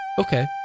Okay